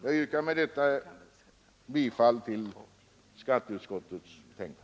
Jag yrkar med detta bifall till skatteutskottets hemställan.